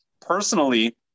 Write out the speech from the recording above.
personally